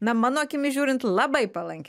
na mano akimis žiūrint labai palanki